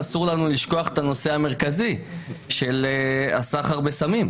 אסור לנו לשכוח את הנושא המרכזי של הסחר בסמים,